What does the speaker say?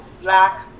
black